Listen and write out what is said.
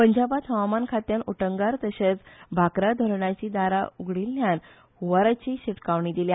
पंजाबात हवामान खात्यान उटंगार तर्थोच भाकरा धरणाची दारा उगडिल्यान हुंवाराची शिटकावणी दिल्या